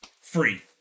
Free